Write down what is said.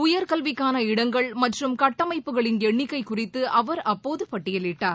உயர்கல்விக்கான இடங்கள் மற்றும் கட்டமைப்புகளின் எண்ணிக்கை குறித்து அவர் அப்போது பட்டியலிட்டார்